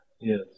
Yes